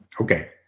Okay